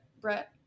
Brett